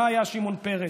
מה היה שמעון פרס?